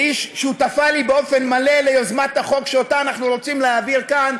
והיא שותפה לי באופן מלא ליוזמת החוק שאותה אנחנו רוצים להעביר כאן,